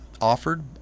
offered